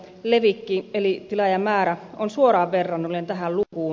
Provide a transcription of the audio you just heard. levikki eli tilaajamäärä on suoraan verrannollinen tähän lukuun